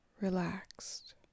relaxed